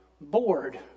bored